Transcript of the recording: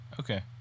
Okay